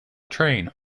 train